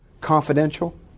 Confidential